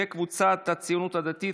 קבוצת סיעת הציונות הדתית,